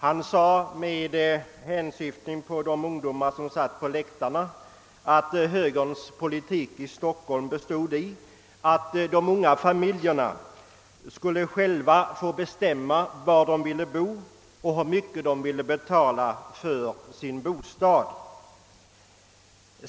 Han sade med hänsyftning på de ungdomar som satt på läktarna, att högerns politik i Stockholm bestod i att de unga familjerna själva skulle få bestämma var de ville bo och hur mycket de ville betala för sin bostad.